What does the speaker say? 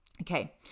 Okay